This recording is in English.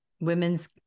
women's